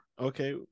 Okay